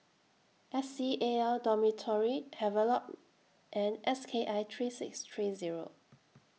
S C A L Dormitory Havelock and S K I three six three Zero